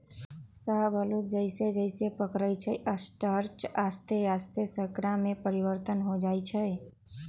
शाहबलूत जइसे जइसे पकइ छइ स्टार्च आश्ते आस्ते शर्करा में परिवर्तित हो जाइ छइ